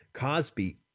Cosby